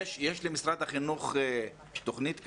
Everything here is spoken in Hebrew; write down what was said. יש למשרד החינוך תכנית כזאת,